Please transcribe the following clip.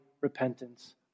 repentance